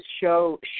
show